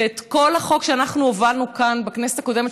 ואת כל החוק שאנחנו הובלנו כאן בכנסת הקודמת,